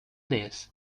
this